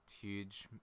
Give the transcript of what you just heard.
huge